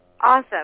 Awesome